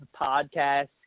podcast